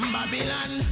Babylon